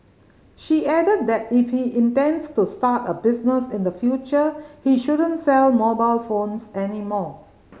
she added that if he intends to start a business in the future he shouldn't sell mobile phones any more